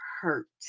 hurt